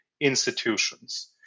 institutions